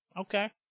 Okay